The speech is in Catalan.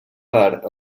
part